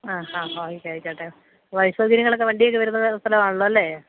ആ ഹ ഹ ആയിക്കോട്ടെ വഴി സൗകര്യങ്ങളൊക്കെ വണ്ടിയൊക്കെ വരുന്ന സ്ഥലമാണല്ലോ അല്ലേ